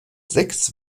sechs